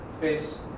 Face